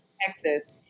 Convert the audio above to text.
Texas